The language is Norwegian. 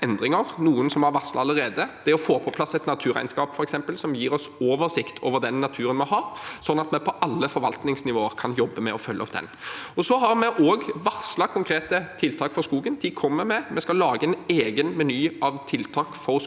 noen som vi har varslet allerede, som det å få på plass et naturregnskap, f.eks., som gir oss oversikt over den naturen vi har, sånn at vi på alle forvaltningsnivåer kan jobbe med å følge det opp. Vi har også varslet konkrete tiltak for skogen; de kommer vi med. Vi skal lage en egen meny av tiltak for skog